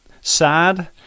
sad